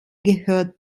gehört